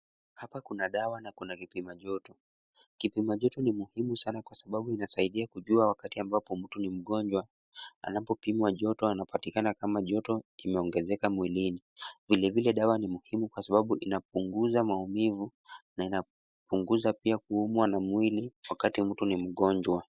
Hapa kuna dawa na kuna kipimajoto. Kipimajoto ni muhimu sana kwa sababu inasaidia kujua wakati ambapo mtu ni mgonjwa, anapopimwa joto anapatikana kama joto imeongezeka mwilini. Vilevile dawa ni muhimu kwa sababu inapunguza maumivu na inapunguza pia kuumwa na mwili wakati mtu ni mgonjwa.